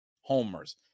homers